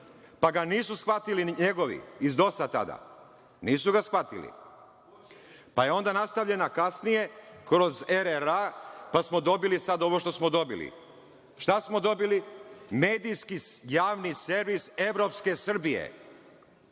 pa ga nisu shvatili ni njegovi iz DOS-a tada, nisu ga shvatili. Pa je onda nastavljena kasnije kroz RRA, pa smo dobili sada ovo što smo dobili. Šta smo dobili – medijski javni servis evropske Srbije.